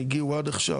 שהגיעו עד עכשיו,